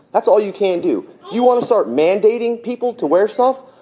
that's all you can do. you want to start mandating people to wear stuff.